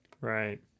right